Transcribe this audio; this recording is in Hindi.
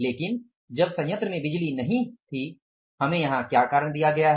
लेकिन जब संयंत्र में बिजली नहीं होती है हमें यहां क्या कारण दिया गया हैं